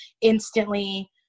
instantly